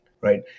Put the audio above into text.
right